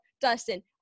Dustin